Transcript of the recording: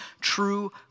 true